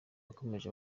yakomeje